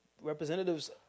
representatives